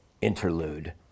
interlude